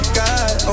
god